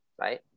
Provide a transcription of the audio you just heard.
Right